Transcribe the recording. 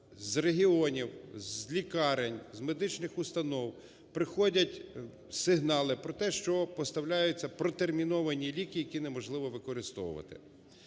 з регіонів, з лікарень, з медичних установ приходять сигнали про те, що поставляютьсяпротерміновані ліки, які неможливо використовувати?